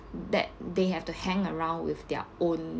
that they have to hang around with their own